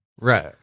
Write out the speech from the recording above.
Right